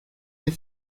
les